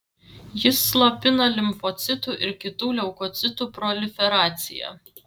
jis slopina limfocitų ir kitų leukocitų proliferaciją